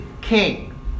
king